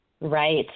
Right